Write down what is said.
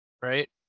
right